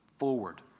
forward